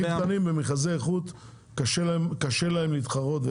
במכרזי איכות לעסקים קטנים קשה מאוד להתחרות.